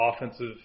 offensive